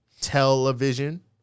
television